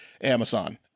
Amazon